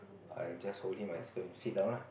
I just hold him I just tell him sit down lah